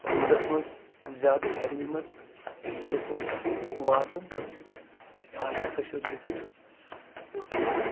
روٗدَس منٛز زیادٕ گرمی منٛز سکوٗل واتُن یا یہِ ہسا چھُ ریٖزَن